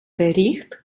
bericht